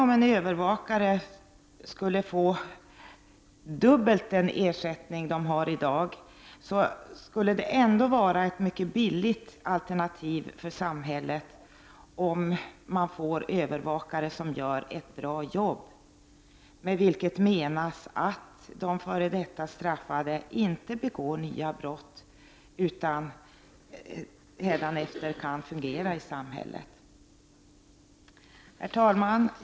Om en övervakare får en ersättning som är dubbelt så stor som den är i dag, så är det ändå ett mycket billigt alternativ för samhället om övervakaren gör ett bra jobb, med vilket menas att de f.d. straffade inte begår nya brott utan kan fungera i samhället. Herr talman!